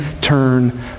turn